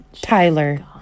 Tyler